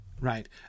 right